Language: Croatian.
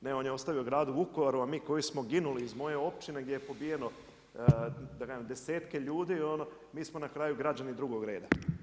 Ne, on je ostavio gradu Vukovaru, a mi koji smo ginuli iz moje općine, gdje je pobijeno da kažem desetke ljudi, mi smo na kraju građani drugog reda.